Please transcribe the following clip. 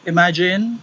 Imagine